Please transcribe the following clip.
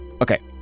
Okay